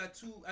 two